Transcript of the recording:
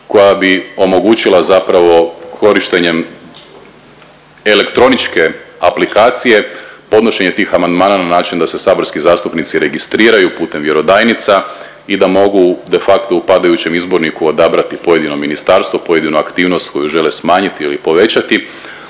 koja bi omogućila zapravo korištenjem elektroničke aplikacije podnošenje tih amandmana na način da se saborski zastupnici registriraju putem vjerodajnica i da mogu de facto u padajućem izborniku odabrati pojedino ministarstvo, pojedinu aktivnost koju mogu smanjiti ili povećati,